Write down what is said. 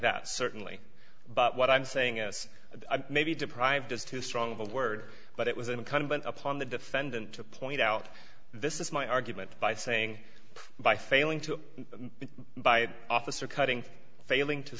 that certainly but what i'm saying is i may be deprived just too strong of a word but it was incumbent upon the defendant to point out this is my argument by saying by failing to by officer cutting failing to